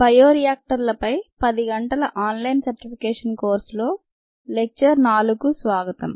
bio రియాక్టర్లపై 10 గంటల online certification కోర్సులో లెక్చర్ 4కు స్వాగతం